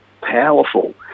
powerful